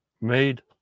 made